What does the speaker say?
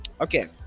Okay